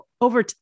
over